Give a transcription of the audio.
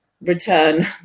return